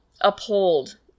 uphold